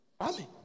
Amen